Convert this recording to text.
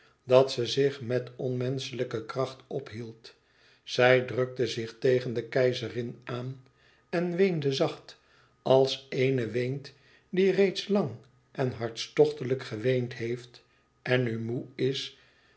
dat ze zich met onmenschelijke kracht ophield zij drukte zich tegen de keizerin aan en weende zacht als eene weent die reeds lang en hartstochtelijk geweend heeft en nu moê is